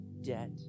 debt